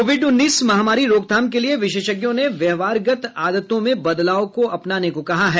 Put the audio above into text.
Covid उन्नीस महामारी रोकथाम के लिए विशेषज्ञों ने व्यवहारगत आदतों में बदलाव को अपनाने को कहा है